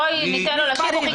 בואי ניתן לו להשלים את דבריו.